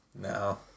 No